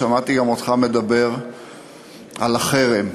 שמעתי גם אותך מדבר על החרם.